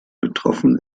betroffen